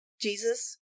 Jesus